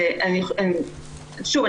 שוב,